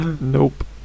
Nope